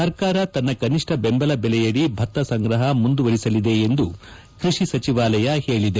ಸರ್ಕಾರ ತನ್ನ ಕಷ್ನ ಬೆಂಬಲ ಬೆಲೆ ಅಡಿ ಭತ್ತ ಸಂಗ್ರಹ ಮುಂದುವರೆಸಲಿದೆ ಎಂದು ಕೃಷಿ ಸಚಿವಾಲಯ ಹೇಳದೆ